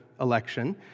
election